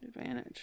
advantage